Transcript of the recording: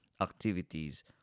activities